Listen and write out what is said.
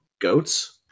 goats